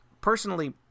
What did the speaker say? personally